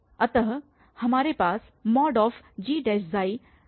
अतः कि हमारे पास gxk x है